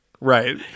Right